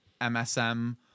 MSM